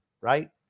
right